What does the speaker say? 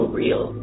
real